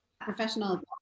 Professional